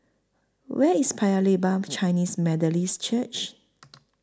Where IS Paya Lebar Chinese Methodist Church